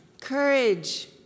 Courage